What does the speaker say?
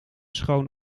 schoon